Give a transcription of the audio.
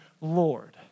Lord